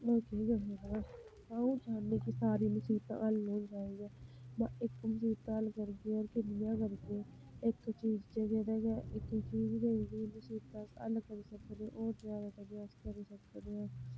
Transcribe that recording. होर केह् करी सकदा अ'ऊं चाह्न्नी कि सारी मुसीबत दा हल होई सकदा इक मुसीबत दा हल करगे होर किन्नियां गै करगे इक चीज़ च गै इक चीज़ गै मसीबता हल करी होर ज्यादा करी सकने आं